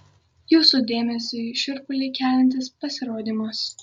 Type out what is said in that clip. jūsų dėmesiui šiurpulį keliantis pasirodymas